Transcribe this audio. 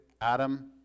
Adam